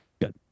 good